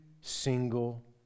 single